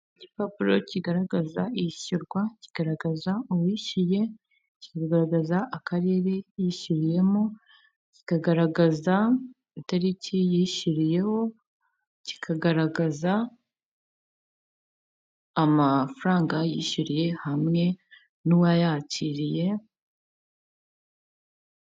Igipapuro kigaragaza iyishyurwa kigaragaza uwishyuye, kikagaragaza akarere yishyuriyemo, kikagaragaza itariki yishyiriyeho, kikagaragaza amafaranga yishyuriye hamwe n'uwayakiriye.